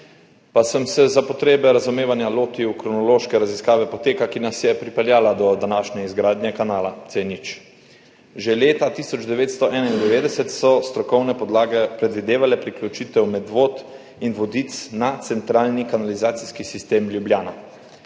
pa sem se za potrebe razumevanja lotil kronološke raziskave poteka, ki nas je pripeljala do današnje izgradnje kanala C0. Že leta 1991 so strokovne podlage predvidevale priključitev Medvod in Vodic na centralni kanalizacijski sistem Ljubljana.